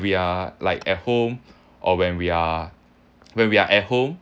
we are like at home or when we are when we are at home